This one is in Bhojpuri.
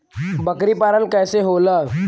बकरी पालन कैसे होला?